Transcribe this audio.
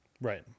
right